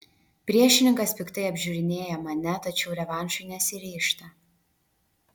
priešininkas piktai apžiūrinėja mane tačiau revanšui nesiryžta